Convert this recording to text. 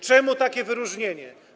Czemu takie wyróżnienie?